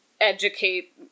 educate